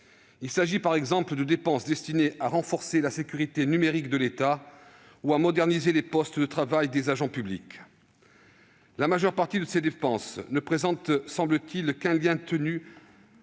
Il s'agit, par exemple, de dépenses destinées à renforcer la sécurité numérique de l'État ou à moderniser les postes de travail des agents publics. La majeure partie de ces dépenses ne présente, semble-t-il, qu'un lien ténu